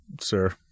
sir